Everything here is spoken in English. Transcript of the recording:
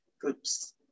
groups